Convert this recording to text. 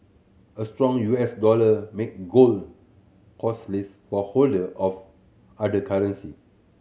a strong U S dollar make gold costlier for holder of other currency